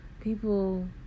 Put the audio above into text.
People